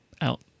out